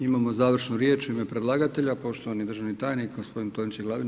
Imamo završnu riječ u ime predlagatelja poštovani državni tajnik, gospodin Tonči Glavina.